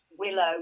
Willow